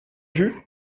vue